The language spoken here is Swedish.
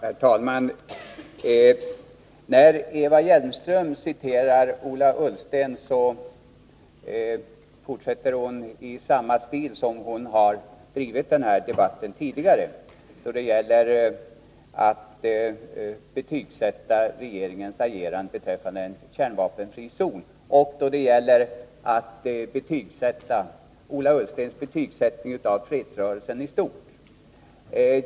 Herr talman! När Eva Hjelmström citerar Ola Ullsten fortsätter hon i samma stil som hon har drivit den här debatten tidigare när hon velat betygsätta regeringens agerande beträffande en kärnvapenfri zon och beträffande Ola Ullstens betygsättning av fredsrörelserna i stort.